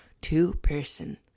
two-person